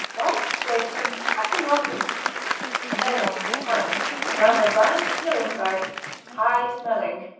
white flavorsome. packed in half moons. melun france brown-red rind, yellow inside high-smelling.